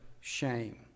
shame